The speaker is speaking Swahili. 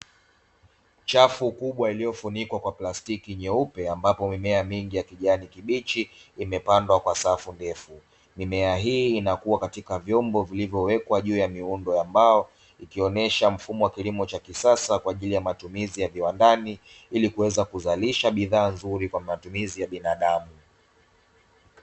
Chafu kubwa iliyofunikwa kwa plastiki nyeupe, ambapo mimea mingi ya kijani kibichi imepandwa kwa safu ndefu. Mimea hii inakuwa katika vyombo vilivyowekwa juu ya miundo ya mbao, ikionyesha mfumo wa kilimo cha kisasa kwa ajili ya matumizi ya viwandani, ili kuweza kuzalisha bidhaa nzuri kwa matumizi ya binadamu.